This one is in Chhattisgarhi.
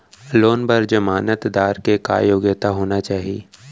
लोन बर जमानतदार के का योग्यता होना चाही?